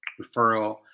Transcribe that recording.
referral